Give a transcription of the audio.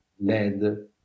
lead